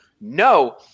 no